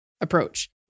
approach